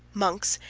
monks,